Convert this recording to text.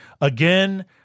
Again